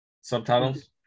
subtitles